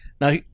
Now